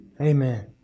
Amen